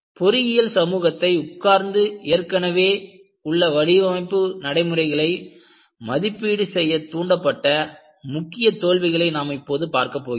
பொறியியல் சமூகத்தை உட்கார்ந்து ஏற்கனவே உள்ள வடிவமைப்பு நடைமுறைகளை மதிப்பீடு செய்ய தூண்டப்பட்ட முக்கிய தோல்விகளை நாம் இப்போது பார்க்கப்போகிறோம்